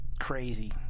crazy